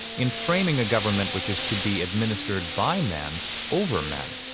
in framing a government which is to be administered by men over men,